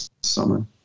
summer